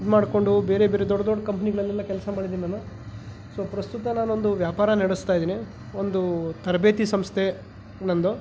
ಇದು ಮಾಡಿಕೊಂಡು ಬೇರೆ ಬೇರೆ ದೊಡ್ಡ ದೊಡ್ಡ ಕಂಪನಿಗಳಲ್ಲಿ ಎಲ್ಲ ಕೆಲಸ ಮಾಡಿದ್ದೀನಿ ನಾನು ಸೋ ಪ್ರಸ್ತುತ ನಾನೊಂದು ವ್ಯಾಪಾರ ನಡೆಸ್ತಾಯಿದ್ದೀನಿ ಒಂದು ತರಬೇತಿ ಸಂಸ್ಥೆ ನಂದು